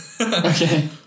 Okay